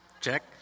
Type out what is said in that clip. check